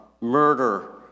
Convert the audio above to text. murder